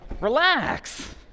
relax